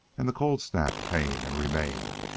and the cold snap came and remained,